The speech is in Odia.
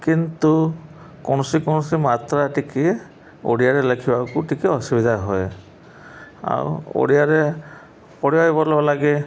କିନ୍ତୁ କୌଣସି କୌଣସି ମାତ୍ରା ଟିକେ ଓଡ଼ିଆରେ ଲେଖିବାକୁ ଟିକେ ଅସୁବିଧା ହୁଏ ଆଉ ଓଡ଼ିଆରେ ପଢ଼ିବା ବି ଭଲ ଲାଗେ